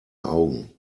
augen